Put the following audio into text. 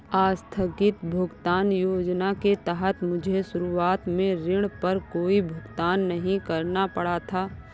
आस्थगित भुगतान योजना के तहत मुझे शुरुआत में ऋण पर कोई भुगतान नहीं करना पड़ा था